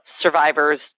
survivors